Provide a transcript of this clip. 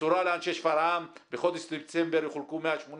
בשורה לאנשי שפרעם - בחודש דצמבר יחולקו 180